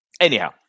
Anyhow